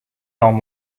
don